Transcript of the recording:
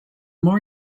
more